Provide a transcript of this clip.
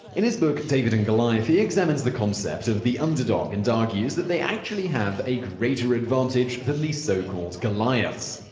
in his book david and goliath, he examines the concept of the underdog and argues that they actually have a greater advantage than the so-called goliaths.